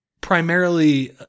primarily